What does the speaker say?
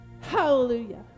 hallelujah